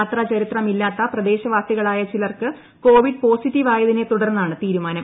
യാത്ര ചരിത്രമില്ലാത്ത പ്രദേശവാസികളായ ചിലർക്ക് കോവിഡ് പോസിറ്റീവ് ആയതിനെ തുടർന്നാണ് തീരുമാനം